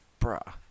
bruh